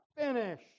Finish